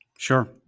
Sure